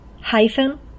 hyphen